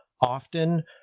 often